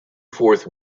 fourth